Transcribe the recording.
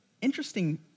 interesting